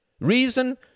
Reason